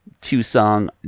two-song